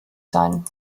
sein